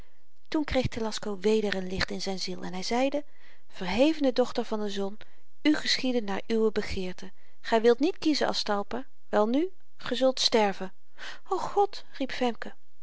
toen kreeg telasco weder een licht in zyn ziel en hy zeide verhevene dochter van de zon u geschiede naar uwe begeerte gy wilt niet kiezen aztalpa welnu ge zult sterven o god riep